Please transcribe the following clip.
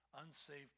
unsaved